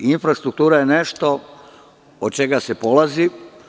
Infrastruktura je nešto od čega se polazi.